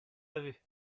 laver